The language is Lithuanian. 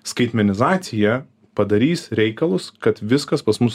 skaitmenizacija padarys reikalus kad viskas pas mus